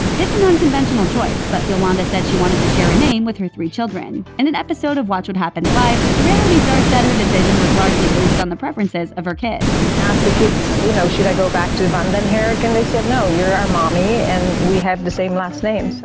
it's an unconventional choice, but yolanda said she wanted to share a name with her three children. in and an episode of watch what happens live, the reality star said her decision was largely based on the preferences of her kids. i asked the kids, you know, should i go back to van den herik? and they said, no, you're our mommy and we have the same last name so.